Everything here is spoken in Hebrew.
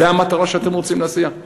זו המטרה שאתם רוצים להשיג?